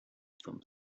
some